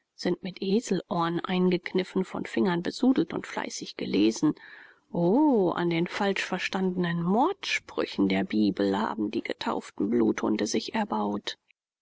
sind mit eselsohr eingekniffen von fingern besudelt und fleißig gelesen o an den falsch verstandenen mordsprüchen der bibel haben die getauften bluthunde sich erbaut